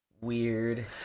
Weird